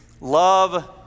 love